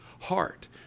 heart